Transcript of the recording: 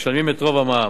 משלמים את רוב המע"מ.